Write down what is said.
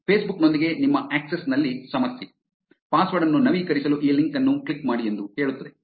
Facebook ನೊಂದಿಗೆ ನಿಮ್ಮ access ನಲ್ಲಿ ಸಮಸ್ಯೆ ಪಾಸ್ವರ್ಡ್ ಅನ್ನು ನವೀಕರಿಸಲು ಈ ಲಿಂಕ್ ಅನ್ನು ಕ್ಲಿಕ್ ಮಾಡಿ ಎಂದು ಹೇಳುತ್ತದೆ